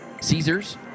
Caesars